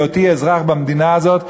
בהיותי אזרח במדינה הזאת,